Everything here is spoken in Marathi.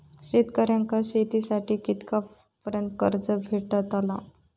शेतकऱ्यांका शेतीसाठी कितक्या पर्यंत कर्ज भेटताला?